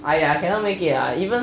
!aiya! cannot make it lah